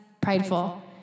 prideful